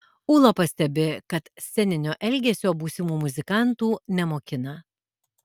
ūla pastebi kad sceninio elgesio būsimų muzikantų nemokina